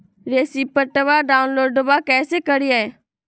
रेसिप्टबा डाउनलोडबा कैसे करिए?